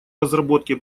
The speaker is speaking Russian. разработке